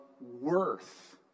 worth